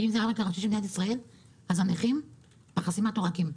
אם זה העורק הראשי של מדינת ישראל אז הנכים נמצאים בחסימת עורקים.